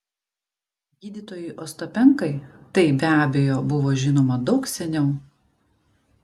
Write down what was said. gydytojui ostapenkai tai be abejo buvo žinoma daug seniau